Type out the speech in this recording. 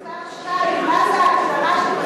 מס' 2, מה ההגדרה שלך,